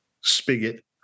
spigot